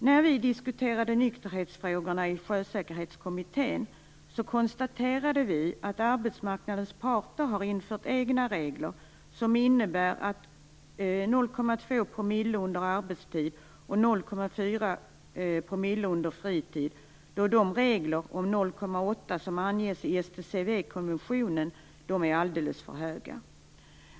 När vi diskuterade nykterhetsfrågorna i Sjösäkerhetskommittén konstaterade vi att arbetsmarknadens parter har infört egna regler som innebär 0,2 % under arbetstid och 0,4 % under fritid, då de regler som anges i STCV-konventionen är alldeles för höga.